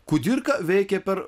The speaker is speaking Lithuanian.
kudirka veikia per